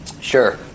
Sure